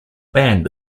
band